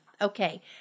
Okay